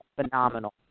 phenomenal